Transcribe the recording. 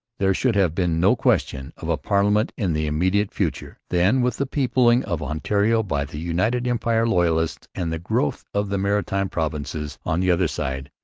there should have been no question of a parliament in the immediate future. then, with the peopling of ontario by the united empire loyalists and the growth of the maritime provinces on the other side,